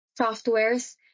softwares